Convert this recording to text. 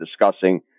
discussing